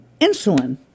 insulin